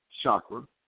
Chakra